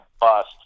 bust